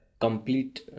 complete